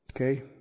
okay